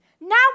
Now